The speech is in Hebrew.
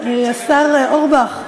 השר אורבך,